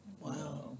Wow